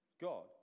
God